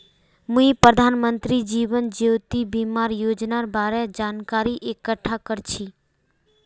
मी प्रधानमंत्री जीवन ज्योति बीमार योजनार बारे जानकारी इकट्ठा कर छी